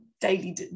daily